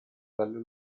delle